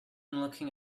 looking